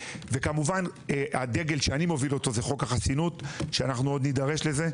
וכמובן הדגל שאני מוביל זה חוק החסינות שאנחנו עוד נידרש לזה.